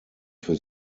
für